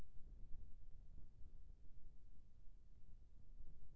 पत्तागोभी के फसल म फफूंद नियंत्रण बर का करना ये?